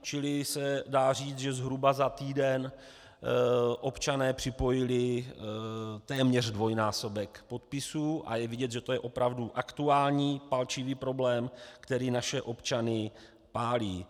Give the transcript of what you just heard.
Čili se dá říct, že zhruba za týden občané připojili téměř dvojnásobek podpisů, a je vidět, že to je opravdu aktuální palčivý problém, který naše občany pálí.